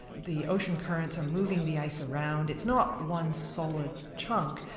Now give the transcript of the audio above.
the ocean currents are moving the ice around, it's not one solid chunk,